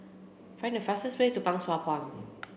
find the fastest way to Pang Sua Pond